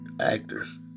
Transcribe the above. actors